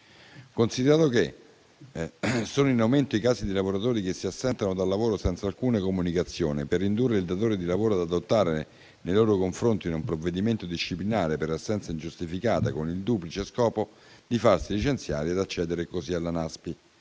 considerato inoltre che sono in aumento i casi di lavoratori che si assentano dal lavoro senza alcuna comunicazione per indurre il datore di lavoro ad adottare nei loro confronti un provvedimento disciplinare per assenza ingiustificata, con il duplice scopo di farsi licenziare ed accedere così alla Naspi;